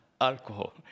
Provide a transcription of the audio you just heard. alcohol